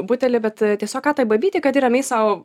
butelį bet tiesiog ką tai babytei kad ji ramiai sau